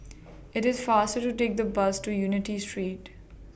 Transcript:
IT IS faster to Take The Bus to Unity Street